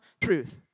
truth